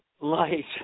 light